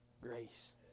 grace